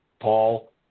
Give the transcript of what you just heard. Paul